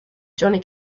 johnny